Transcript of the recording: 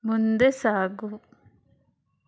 ಮುಂದೆ ಸಾಗು